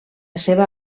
seva